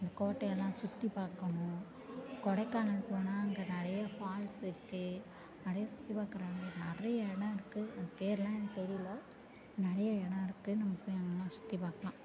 அந்த கோட்டை எல்லாம் சுற்றி பார்க்கணும் கொடைக்கானல் போனா அங்கே நிறைய ஃபால்ஸ் இருக்கு அப்படியே சுற்றி பார்க்கற இடங்கள் நிறைய இடம் இருக்கு பேர்லாம் எனக்கு தெரியல நிறைய இடம் இருக்கு நம்ம போய் அங்கேல்லாம் சுற்றி பார்க்கலாம்